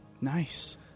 Nice